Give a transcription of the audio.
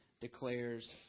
declares